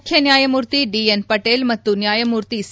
ಮುಖ್ಯ ನ್ಯಾಯಮೂರ್ತಿ D N Patel ಮತ್ತು ನ್ಯಾಯಮೂರ್ತಿ ಸಿ